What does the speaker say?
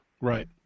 Right